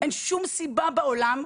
אין מה לעשות.